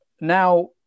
now